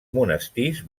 monestirs